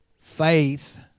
faith